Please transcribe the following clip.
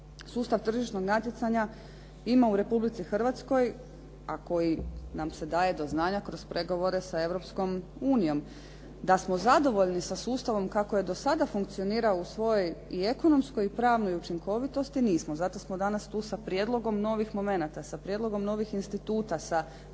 sustav tržišnog natjecanja ima u Republici Hrvatskoj a koji nam se daje do znanja kroz pregovore sa Europskom unijom. Da smo zadovoljni sa sustavom kako je do sada funkcionirao u svojoj i ekonomskoj i pravnoj učinkovitosti nismo, zato smo danas tu sa prijedlogom novih momenata, sa prijedlogom novih instituta, sa